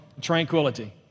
tranquility